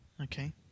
Okay